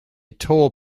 toll